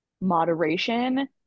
moderation